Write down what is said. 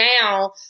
now